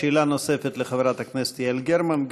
שאלה נוספת לחברת הכנסת יעל גרמן.